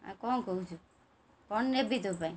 ଆଉ କ'ଣ କହୁଛୁ କ'ଣ ନେବି ତୋ ପାଇଁ